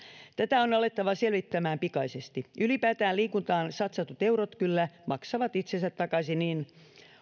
tätä on alettava selvittämään pikaisesti ylipäätään liikuntaan satsatut eurot kyllä maksavat itsensä takaisin